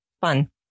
Fun